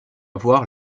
voir